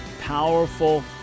powerful